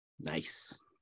nice